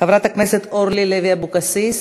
חברת הכנסת אורלי לוי אבקסיס,